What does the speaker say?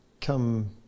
come